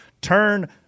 turn